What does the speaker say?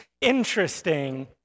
interesting